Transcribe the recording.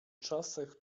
czasach